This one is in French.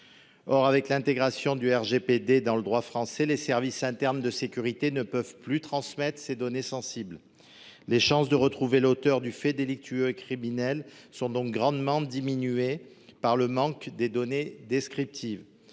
Or, avec l’intégration du RGPD dans le droit français, les services internes de sécurité ne peuvent plus les transmettre. Ainsi, les chances de retrouver l’auteur du fait délictueux et criminel sont grandement diminuées par le manque de données descriptives.